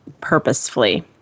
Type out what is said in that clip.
purposefully